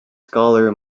scholar